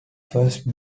first